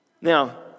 Now